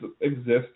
exist